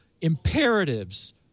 imperatives